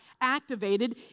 activated